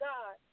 God